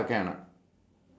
bird bird feed